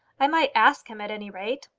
i might ask him at any rate.